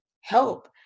help